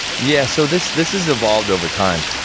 yeah. so, this this has evolved over time,